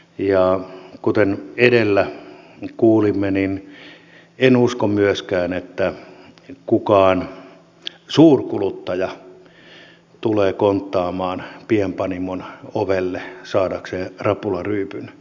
ja kuten edellä kuulimme niin en usko myöskään että kukaan suurkuluttaja tulee konttaamaan pienpanimon ovelle saadakseen krapularyypyn